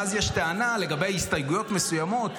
ואז יש טענה לגבי הסתייגויות מסוימות,